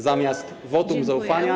Zamiast wotum zaufania.